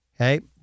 Okay